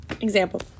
example